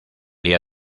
día